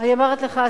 אני אומרת לך,